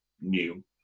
new